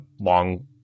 long